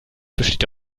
besteht